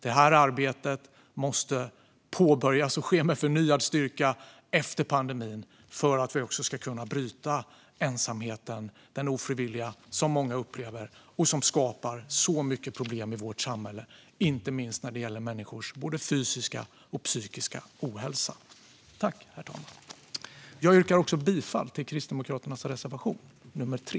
Det här arbetet måste påbörjas och ske med förnyad styrka efter pandemin för att vi ska kunna bryta den ofrivilliga ensamhet som många upplever och som skapar så mycket problem i vårt samhälle, inte minst när det gäller människors både fysiska och psykiska ohälsa. Jag yrkar bifall till Kristdemokraternas reservation, nr 3.